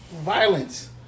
Violence